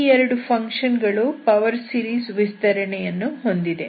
ಈ 2 ಫಂಕ್ಷನ್ ಗಳು power series ವಿಸ್ತರಣೆಯನ್ನು ಹೊಂದಿದೆ